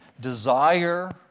desire